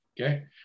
Okay